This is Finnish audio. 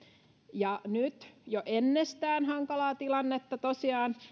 ja nyt jo ennestään hankalaa tilannetta tosiaan